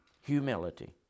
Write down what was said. Humility